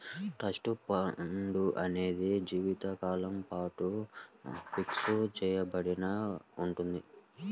trust fund అనేది జీవితకాలం పాటు ఫిక్స్ చెయ్యబడి ఉంటుంది